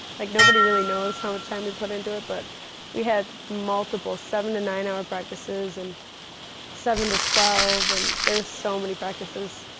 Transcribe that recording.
like, nobody really knows how much time we put into it, but we had multiple seven to nine hour practices and seven to twelve, and there were so many practices,